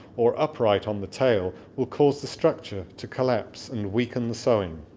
or upright on the table will cause the structure to collapse and weaken the sewing